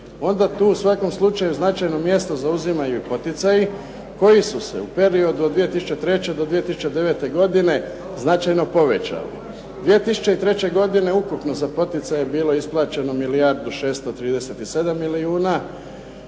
onda tu u svakom slučaju značajno mjesto zauzimaju i poticaji koji su se u periodu od 2003. do 2009. godine značajno povećali. 2003. godine ukupno je za poticaje bilo isplaćeno milijardu 637 milijuna